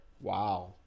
Wow